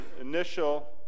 initial